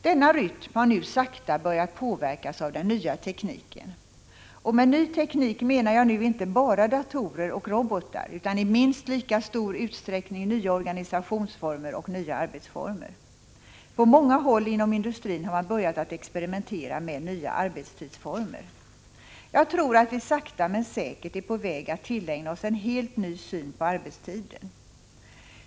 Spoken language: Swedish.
Denna rytm har nu sakta börjat påverkas av den nya tekniken. Med ny teknik menar jag nu inte bara datorer och robotar utan i minst lika stor utsträckning nya organisationsformer och nya arbetsformer. På många håll inom industrin har man börjat att experimentera med nya arbetstidsformer. Jag tror att vi sakta men säkert är på väg att tillägna oss en helt ny syn på arbetstiden.